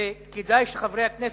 וכדאי שחברי הכנסת,